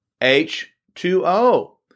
H2O